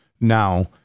now